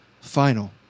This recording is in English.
final